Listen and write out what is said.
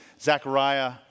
Zechariah